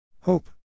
Hope